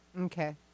Okay